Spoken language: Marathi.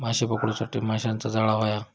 माशे पकडूच्यासाठी माशाचा जाळां होया